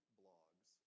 blogs